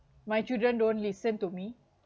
my children don't listen to me